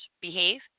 behave